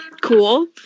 cool